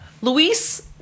Luis